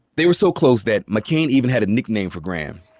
they were so close that mccain even had a nickname for graham.